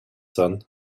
son